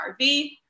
RV